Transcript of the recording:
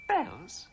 Bells